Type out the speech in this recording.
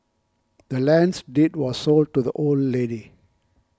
the land's deed was sold to the old lady